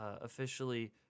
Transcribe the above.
officially